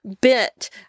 bit